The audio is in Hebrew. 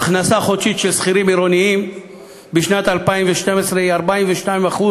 ההכנסה החודשית של שכירים עירוניים בשנת 2012 היא 42%